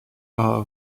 are